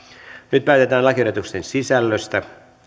nyt päätetään lakiehdotuksen sisällöstä